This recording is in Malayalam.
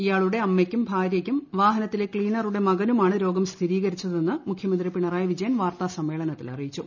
ഇയാളുടെ അമ്മയ്ക്കും ഭാര്യയ്ക്കും വാഹനത്തിലെ ക്സീനറുടെ മകനുമാണ് രോഗം സ്ഥിരീകരിച്ചതെന്ന് മുഖ്യമന്ത്രി പിണറായി വിജയൻ വാർത്താ സമ്മേളനത്തിൽ അറിയിച്ചു